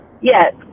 Yes